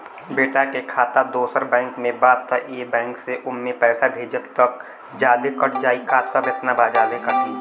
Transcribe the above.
बेटा के खाता दोसर बैंक में बा त ए बैंक से ओमे पैसा भेजम त जादे कट जायी का त केतना जादे कटी?